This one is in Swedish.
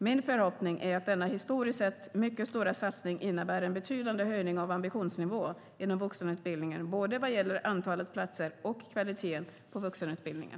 Min förhoppning är att denna historiskt sett mycket stora satsning innebär en betydande höjning av ambitionsnivån inom vuxenutbildningen, både vad gäller antalet platser och kvaliteten på vuxenutbildningen.